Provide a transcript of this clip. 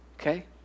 Okay